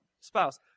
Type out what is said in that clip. spouse